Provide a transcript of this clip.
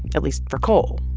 at least for coal.